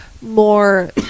More